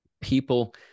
people